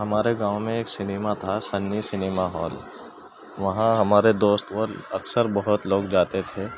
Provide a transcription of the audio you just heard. ہمارے گاؤں میں ایک سنیما تھا سنی سنیما ہال وہاں ہمارے دوست اور اکثر بہت لوگ جاتے تھے